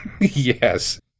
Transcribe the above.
Yes